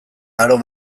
aro